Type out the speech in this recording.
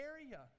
area